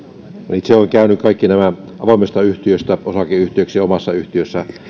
itse olen käynyt kaikki nämä avoimesta yhtiöstä osakeyhtiöksi omassa yhtiössäni